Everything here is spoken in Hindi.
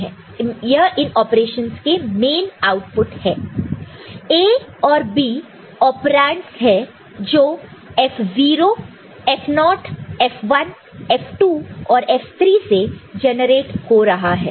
A और B ओपेरंडस है जो F0 F1 F2 और F3 से जेनरेट हो रहा है